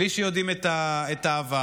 בלי שיודעים את העבר.